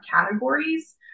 categories